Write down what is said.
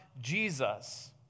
Jesus